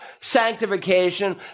sanctification